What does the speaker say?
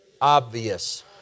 obvious